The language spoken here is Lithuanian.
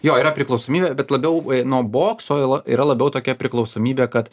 jo yra priklausomybė bet labiau nuo bokso yra labiau tokia priklausomybė kad